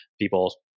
people